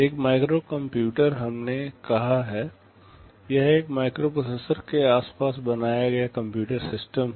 एक micro computer हमने कहा है यह एक माइक्रोप्रोसेसर के आसपास बनाया गया कंप्यूटर सिस्टम है